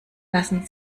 lassen